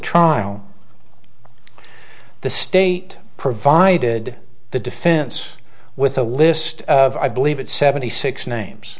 trial the state provided the defense with a list of i believe it seventy six names